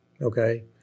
Okay